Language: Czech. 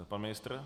Pan ministr?